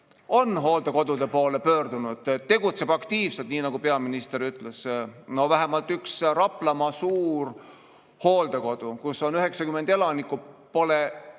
on hooldekodude poole pöördunud ja tegutseb aktiivselt, nii nagu peaminister ütles. No vähemalt üks Raplamaa suur hooldekodu, kus on 90 elanikku, pole